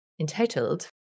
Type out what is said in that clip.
entitled